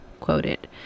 quoted